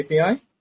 API